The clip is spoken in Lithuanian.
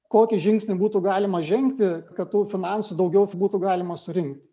kokį žingsnį būtų galima žengti kad tų finansų daugiau būtų galima surinkti